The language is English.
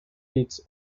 needs